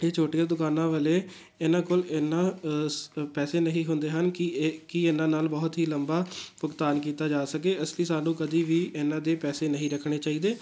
ਇਹ ਛੋਟੀਆਂ ਦੁਕਾਨਾਂ ਵਾਲੇ ਇਹਨਾਂ ਕੋਲ ਇੰਨਾਂ ਸ ਪੈਸੇ ਨਹੀਂ ਹੁੰਦੇ ਹਨ ਕਿ ਇਹ ਕਿ ਇਹਨਾਂ ਨਾਲ਼ ਬਹੁਤ ਹੀ ਲੰਬਾ ਭੁਗਤਾਨ ਕੀਤਾ ਜਾ ਸਕੇ ਇਸ ਲਈ ਸਾਨੂੰ ਕਦੇ ਵੀ ਇਹਨਾਂ ਦੇ ਪੈਸੇ ਨਹੀਂ ਰੱਖਣੇ ਚਾਹੀਦੇ